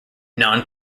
non